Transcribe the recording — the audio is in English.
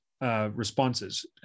responses